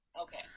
Okay